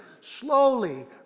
slowly